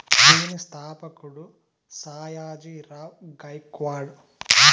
దీని స్థాపకుడు సాయాజీ రావ్ గైక్వాడ్